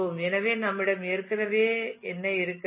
எனவே நம்மிடம் ஏற்கனவே என்ன இருக்கிறது